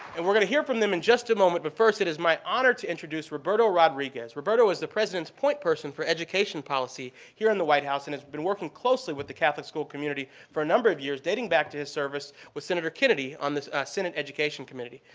and we're going to hear from them in just a moment, but first it is my honor to introduce roberto rodriguez. roberto is the president's point person for education policy here in the white house and has been working closely with the catholic school community for a number of years dating back to his service with senator kennedy on this senate education committee.